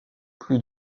plus